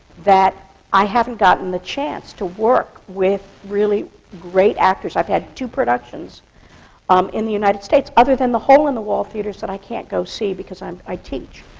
that i haven't gotten the chance to work with really great actors i've had two productions um in the united states other than the hole-in-the-wall theatres that i can't go see because i teach.